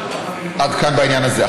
עד כאן בעניין הזה.